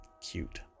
Cute